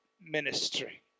ministry